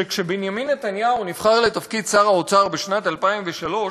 שכשבנימין נתניהו נבחר לתפקיד שר האוצר בשנת 2003,